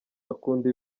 akunda